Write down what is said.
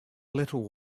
little